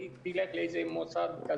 ולאחר מכן את המצוקות.